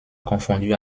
confondue